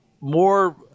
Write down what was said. more